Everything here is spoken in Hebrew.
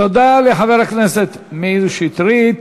תודה לחבר הכנסת מאיר שטרית.